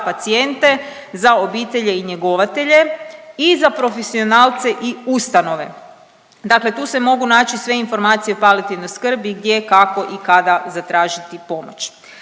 za pacijente, za obitelji i njegovatelje i za profesionalce i ustanove. Dakle, tu se mogu naći sve informacije o palijativnoj skrbi gdje, kako i kada zatražiti pomoć.